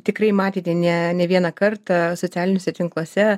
tikrai matėte ne ne vieną kartą socialiniuose tinkluose